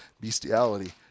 Bestiality